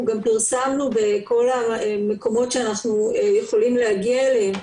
אנחנו גם פרסמנו בכל המקומות שאנחנו יכולים להגיע אליהם,